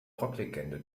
rockerlegende